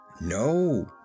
No